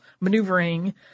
maneuvering